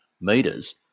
meters